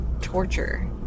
torture